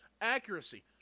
accuracy